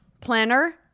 planner